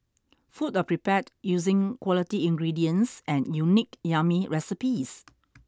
food are prepared using quality ingredients and unique yummy recipes